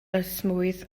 esmwyth